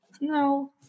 No